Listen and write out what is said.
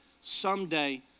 someday